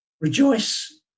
Rejoice